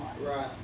Right